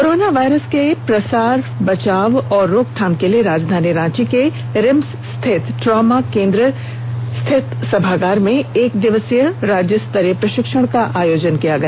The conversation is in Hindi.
कोरोना वायरस के प्रसार बचाव और रोकथाम के लिए राजधानी रांची के रिम्स स्थित ट्रॉमा केन्द्र स्थित सभागार में एक दिवसीय राज्य स्तरीय प्रशिक्षण का आयोजन किया गया